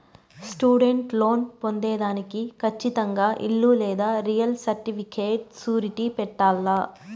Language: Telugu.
స్టూడెంట్ లోన్ పొందేదానికి కచ్చితంగా ఇల్లు లేదా రియల్ సర్టిఫికేట్ సూరిటీ పెట్టాల్ల